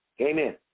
Amen